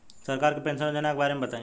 सरकार के पेंशन योजना के बारे में बताईं?